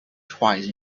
twice